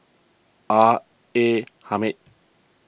R A Hamid